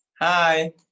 Hi